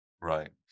Right